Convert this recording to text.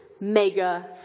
mega